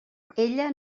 ella